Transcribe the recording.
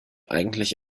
eigentlich